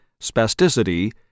spasticity